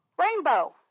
Rainbow